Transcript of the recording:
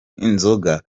inzoka